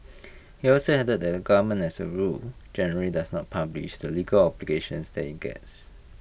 he also added that the government as A rule generally does not publish the legal that IT gets